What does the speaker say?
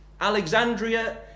Alexandria